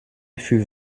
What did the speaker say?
für